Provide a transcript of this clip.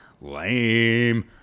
Lame